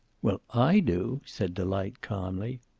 well, i do, said delight, calmly.